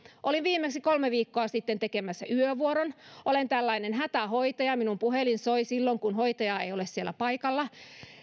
olin viimeksi kolme viikkoa sitten tekemässä yövuoron olen tällainen hätähoitaja minun puhelimeni soi silloin kun hoitaja ei ole siellä paikalla